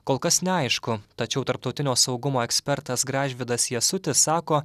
kol kas neaišku tačiau tarptautinio saugumo ekspertas gražvydas jasutis sako